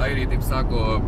airiai taip sako